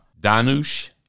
Danush